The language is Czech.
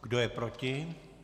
Kdo je proti?